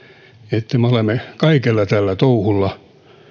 että me me olemme kaikella tällä touhulla